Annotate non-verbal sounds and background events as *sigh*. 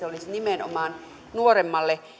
*unintelligible* olisi nimenomaan nuoremmalle